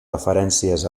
referències